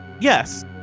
Yes